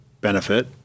benefit